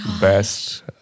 best